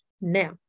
now